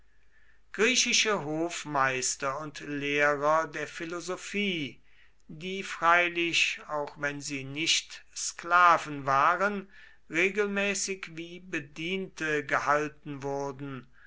griechische hofmeister und lehrer der philosophie die freilich auch wenn sie nicht sklaven waren regelmäßig wie bediente gehalten wurden